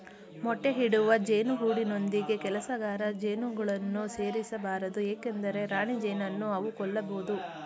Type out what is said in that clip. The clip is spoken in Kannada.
ಮೊಟ್ಟೆ ಇಡುವ ಜೇನು ಗೂಡಿನೊಂದಿಗೆ ಕೆಲಸಗಾರ ಜೇನುಗಳನ್ನು ಸೇರಿಸ ಬಾರದು ಏಕೆಂದರೆ ರಾಣಿಜೇನನ್ನು ಅವು ಕೊಲ್ಲಬೋದು